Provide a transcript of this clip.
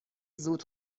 زود